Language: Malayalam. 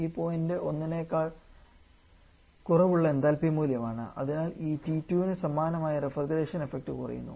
ഇത് പോയിന്റ് 1 നേക്കാൾ കുറവുള്ള എന്തൽപി മൂല്യം ആണ് അതിനാൽ ഈ T2 ന് സമാനമായി റഫ്രിജറേഷൻ ഇഫക്റ്റ് കുറയുന്നു